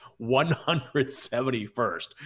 171st